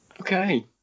Okay